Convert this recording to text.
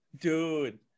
Dude